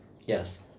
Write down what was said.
Yes